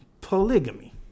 polygamy